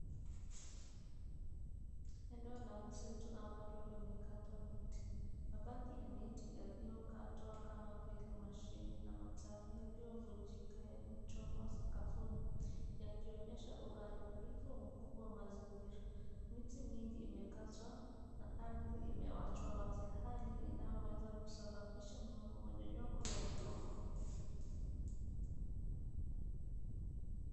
Eneo la msitu ambalo limekatwa miti. Mabaki ya miti yaliyokatwa kama vile mashini na matawi yaliyovunjika yamechomwa sakafuni yakionyesha uharibifu mkubwa wa mazingira .Miti mingi imekatwa na ardhi imewachwa wazi. Hali inayoweza kusababisha mmomonyoko wa udongo.